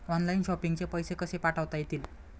Online shopping चे पैसे कसे पाठवता येतील?